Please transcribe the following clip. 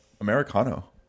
Americano